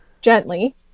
Gently